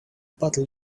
bottle